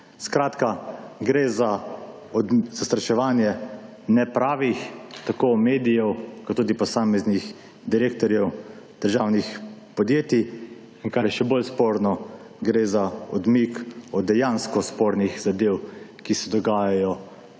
Skratka, gre za zastraševanje nepravih, tako medijev kot tudi posameznih direktorjev državnih podjetij, in kar je še bolj sporno, gre za odmik od dejansko spornih zadev, ki se dogajajo